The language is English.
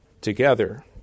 together